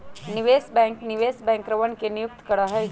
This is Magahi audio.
निवेश बैंक निवेश बैंकरवन के नियुक्त करा हई